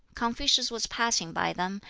confucius was passing by them,